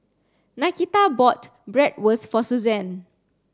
Nakita bought Bratwurst for Susanne